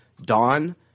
dawn